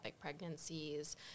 pregnancies